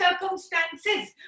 circumstances